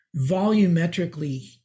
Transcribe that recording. volumetrically